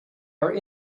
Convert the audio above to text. are